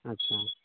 अच्छा